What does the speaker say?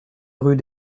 rue